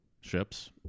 ships